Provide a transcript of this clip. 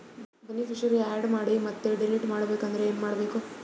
Beneficiary, add ಮಾಡಿ ಮತ್ತೆ delete ಮಾಡಬೇಕೆಂದರೆ ಏನ್ ಮಾಡಬೇಕು?